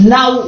Now